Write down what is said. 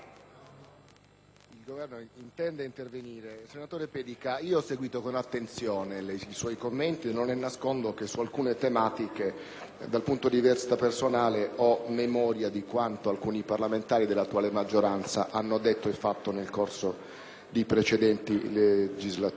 desidero rispondere. Senatore Pedica, io ho seguito con attenzione i suoi commenti e non le nascondo che su alcune tematiche, dal punto di vista personale, ho memoria di quanto alcuni parlamentari dell'attuale maggioranza hanno detto e fatto nel corso di precedenti legislature.